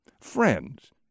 Friends